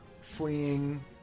fleeing